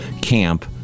camp